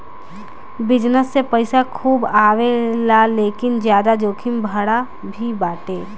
business से पईसा खूबे आवेला लेकिन ज्यादा जोखिम भरा भी बाटे